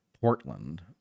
Portland